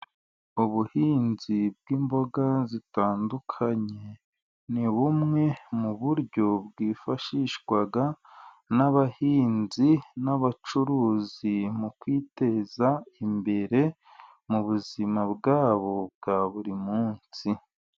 Ubuhinzi bw'imboga zitandukanye, ni bumwe mu buryo bwifashishwa n'abahinzi n'abacuruzi, mu kwiteza imbere mu buzima bwa bo bwa buri munsi.